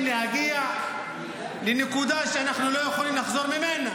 להגיע לנקודה שאנחנו לא יכולים לחזור ממנה.